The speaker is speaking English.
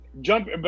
jump